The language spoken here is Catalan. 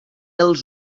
els